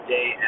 Day